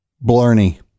Blarney